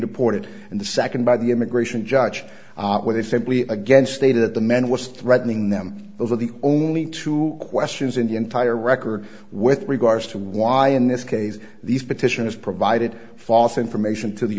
deported and the second by the immigration judge where they simply again stated the man was threatening them those are the only two questions in the entire record with regards to why in this case these petitions provided false information to the